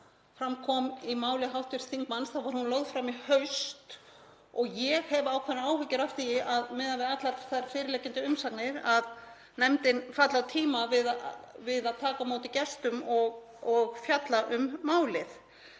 fram kom í máli hv. þingmanns þá var hún lögð fram í haust og ég hef ákveðnar áhyggjur af því, miðað við allar fyrirliggjandi umsagnir, að nefndin falli á tíma við að taka á móti gestum og fjallað um málið.